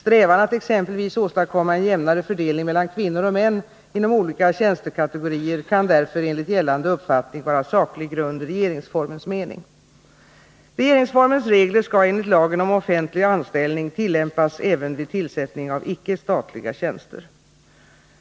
Strävan att exempelvis åstadkomma en jämnare fördelning mellan kvinnor och män inom olika tjänstekategorier kan därför enligt gällande uppfattning vara saklig grund i regeringsformens mening. Regeringsformens regler skall enligt lagen om offentlig anställning tillämpas även vid tillsättning av icke statliga tjänster.